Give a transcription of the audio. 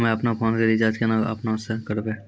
हम्मे आपनौ फोन के रीचार्ज केना आपनौ से करवै?